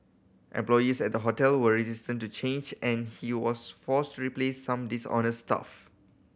employees at the hotel were resistant to change and he was forced to replace some dishonest staff